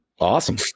Awesome